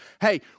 hey